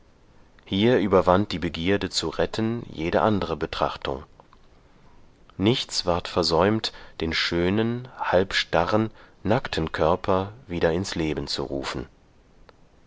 hier überwand die begierde zu retten jede andre betrachtung nichts ward versäumt den schönen halbstarren nackten körper wieder ins leben zu rufen